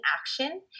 action